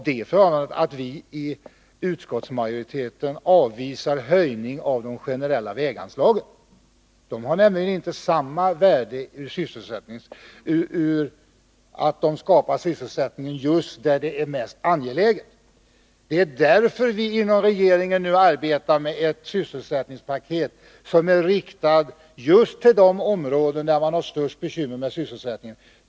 Det förhållandet att vi i utskottsmajoriteten avvisar en höjning av de generella väganslagen beror på att de inte har samma värde som beredskapspengarna så till vida att dessa skapar sysselsättning just där det är mest angeläget. Det är därför vi inom regeringen nu arbetar med ett sysselsättningspaket, riktat till de områden som har störst bekymmer med sysselsättningen.